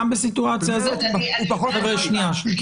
בסיטואציה הזאת הוא פחות מדביק.